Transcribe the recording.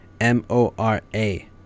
M-O-R-A